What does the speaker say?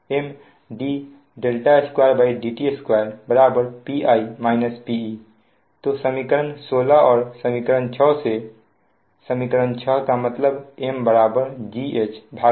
M d2dt2 Pi -Pe तो समीकरण 16 और समीकरण 6 से समीकरण 6 मतलब M बराबर GHΠf